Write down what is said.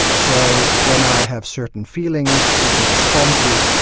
so when i have certain feelings, certain responses,